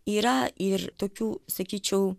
yra ir tokių sakyčiau